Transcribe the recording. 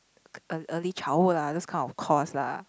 earl~ early childhood lah those kind of courses lah